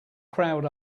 crowd